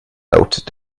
laut